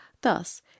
thus